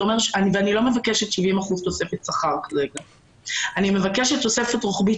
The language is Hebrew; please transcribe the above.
ואני לא מבקשת 70% תוספת שכר; אני מבקשת תוספת רוחבית